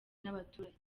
n’abaturage